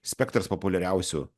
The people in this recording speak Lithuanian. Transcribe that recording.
spektras populiariausių